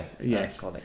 Yes